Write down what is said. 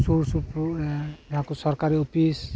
ᱥᱩᱨ ᱥᱩᱯᱩᱨ ᱡᱟᱦᱟᱸ ᱠᱚ ᱥᱚᱨᱠᱟᱨᱤ ᱚᱯᱷᱤᱥ